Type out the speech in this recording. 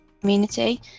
community